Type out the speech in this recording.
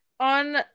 on